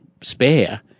spare